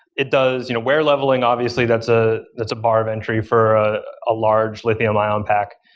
it does you know wear leveling, obviously. that's ah that's a bar of entry for a large lithium-ion pack.